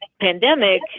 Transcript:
pandemic